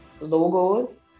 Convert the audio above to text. logos